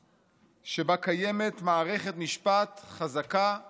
שבה קיימת מערכת משפט חזקה ועצמאית.